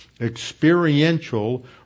experiential